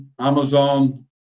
Amazon